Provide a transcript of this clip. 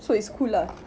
so it's cool lah